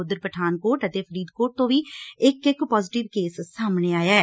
ਉਧਰ ਪਠਾਨਕੋਟ ਅਤੇ ਫਰੀਦਕੋਟ ਤੋਂ ਵੀ ਇਕ ਇਕ ਪਾਜ਼ੇਟਿਵ ਕੇਸ ਸਾਹਮਣੇ ਆਇਆ ਏ